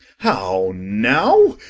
how now?